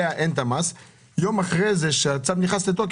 נתתי לך לדבר בפעם השנייה למרות שיש כאלו שלא דיברו בכלל.